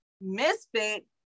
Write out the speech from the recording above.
Misfit